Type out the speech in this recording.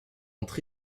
entre